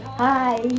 hi